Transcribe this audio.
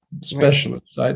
specialists